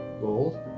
gold